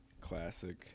Classic